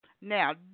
Now